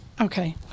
Okay